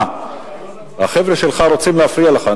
חבר הכנסת שאמה, החבר'ה שלך רוצים להפריע לך.